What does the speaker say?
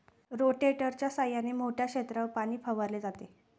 रोटेटरच्या सहाय्याने मोठ्या क्षेत्रावर पाणी फवारले जाते